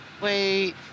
Wait